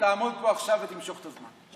ותעמוד פה עכשיו ותמשוך את הזמן.